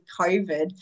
COVID